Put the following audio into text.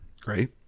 Great